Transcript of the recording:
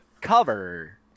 cover